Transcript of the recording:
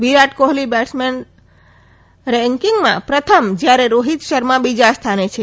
વિરાટ Kohli batsman રેકિગમાં પ્રથમ જયારે રોહતિ શર્મા બીજા સ્થાને છે